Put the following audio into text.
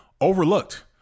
overlooked